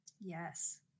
Yes